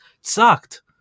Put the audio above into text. sucked